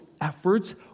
efforts